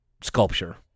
sculpture